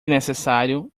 necessário